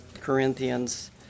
Corinthians